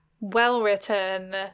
well-written